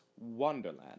Wonderland